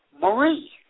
Marie